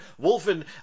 Wolfen